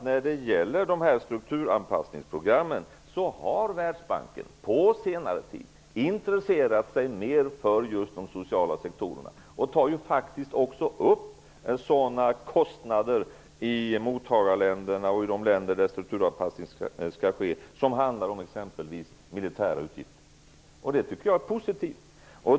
När det gäller strukturanpassningsprogrammen vågar jag påståendet att Världsbanken på senare tid har intresserat sig mer just för de sociala sektorerna. Man tar faktiskt också upp sådana kostnader i mottagarländerna och i de länder där strukturanpassning skall ske som handlar om exempelvis militära utgifter. Det tycker jag är positivt.